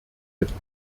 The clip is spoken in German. bitten